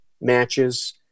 matches